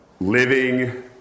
living